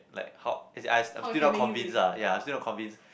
like how is I I'm still not convince ah ya I'm still not convinced